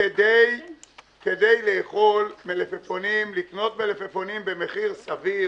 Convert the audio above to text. כדי לאכול מלפפונים, לקנות מלפפונים במחיר סביר